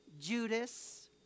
Judas